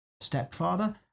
stepfather